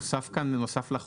לרבות